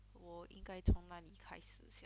我应该从哪里开始 sia